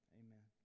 amen